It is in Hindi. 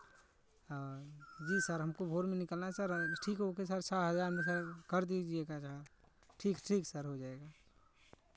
हाँ जी सर हमको भोर में निकलना है सर ठीक है ओके सर छः हज़ार में सर कर दीजियेगा ठीक ठीक सर हो जायेगा